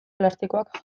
plastikoak